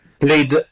played